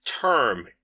term